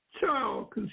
child